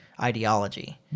ideology